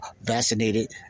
vaccinated